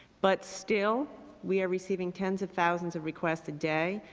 but still, we are receiving tens of thousands of requests a day,